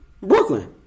Brooklyn